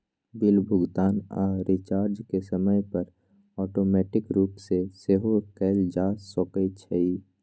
bill भुगतान आऽ recharge के समय पर ऑटोमेटिक रूप से सेहो कएल जा सकै छइ